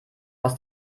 aus